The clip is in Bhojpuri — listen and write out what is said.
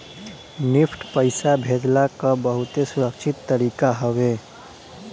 निफ्ट पईसा भेजला कअ बहुते सुरक्षित तरीका हवे